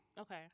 Okay